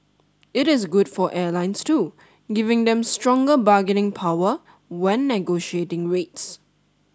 it is good for airlines too giving them stronger bargaining power when negotiating rates